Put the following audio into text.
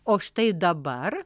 o štai dabar